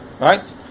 right